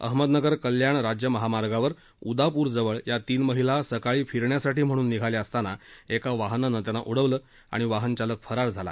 अहमदनगर कल्याण राज्य महामार्गावर उदापूरजवळ या तीन महिला सकाळी फिरण्यासाठी म्हणून निघाल्या असताना एका वाहनानं त्यांना उडवलं आणि वाहन चालक फरार झाला